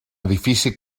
edifici